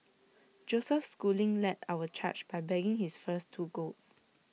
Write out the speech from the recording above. Joseph schooling led our charge by bagging his first two golds